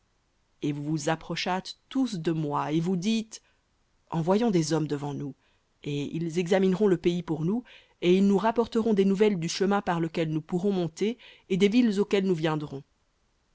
et vous vous approchâtes tous de moi et vous dîtes envoyons des hommes devant nous et ils examineront le pays pour nous et ils nous rapporteront des nouvelles du chemin par lequel nous pourrons monter et des villes auxquelles nous viendrons